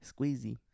squeezy